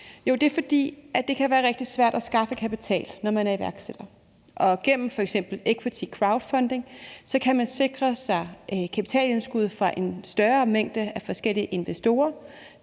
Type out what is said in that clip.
det er, fordi det kan være rigtig svært at skaffe kapital, når man er iværksætter, og gennem f.eks. equity crowdfunding kan man sikre sig kapitalindskud fra en større mængde forskellige investorer.